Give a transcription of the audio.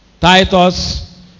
Titus